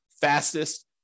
fastest